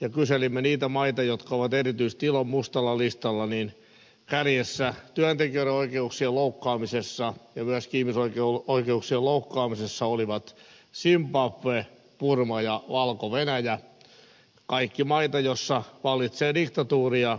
ja kun kyselimme niitä maita jotka ovat erityisesti ilon mustalla listalla niin kärjessä työntekijöiden oikeuksien loukkaamisessa ja myöskin ihmisoikeuksien loukkaamisessa olivat zimbabwe burma ja valko venäjä kaikki maita joissa vallitsee diktatuuri ja